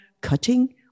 cutting